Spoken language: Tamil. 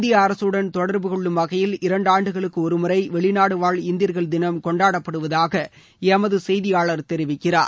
இந்திய அரசுடன் தொடர்பு கொள்ளும் வகையில் இரண்டாண்டுகளுக்கு ஒருமுறை வெளிநாடுவாழ் இந்தியர்கள் தினம் கொண்டாடப்படுவதாக எமது செய்தியாளர் தெரிவிக்கிறார்